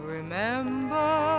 Remember